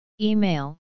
Email